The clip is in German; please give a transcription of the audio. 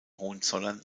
hohenzollern